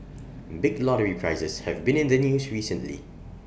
big lottery prizes have been in the news recently